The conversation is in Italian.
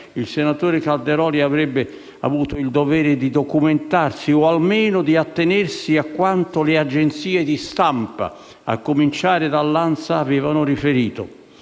il senatore Calderoli avrebbe avuto il dovere di documentarsi, o almeno di attenersi a quanto le agenzie di stampa, a cominciare dall'ANSA, avevano riferito.